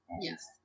Yes